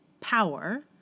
power